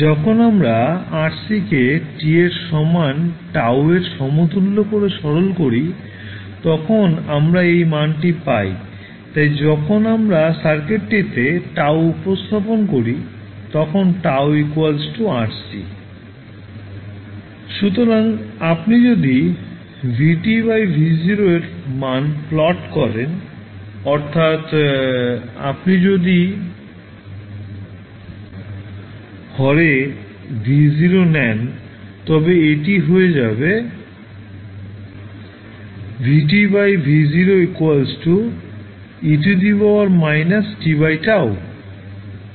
যখন আমরা RC কে t এর সমান τ এর সমতুল্য করে সরল করি তখন আমরা এই মানটি পাই তাই যখন আমরা সার্কিটটিতে τ উপস্থাপন করি তখন τ RC সুতরাং আপনি যদি v V0 এর মান প্লট করেন অর্থাৎ আপনি যদি হরে V0 নেন তবে এটি হয়ে যাবে −t τ v V0 e